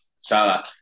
Salah